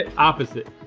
and opposite.